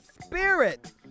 spirit